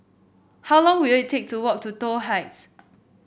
how long will it take to walk to Toh Heights